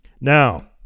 Now